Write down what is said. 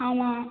ஆமாம்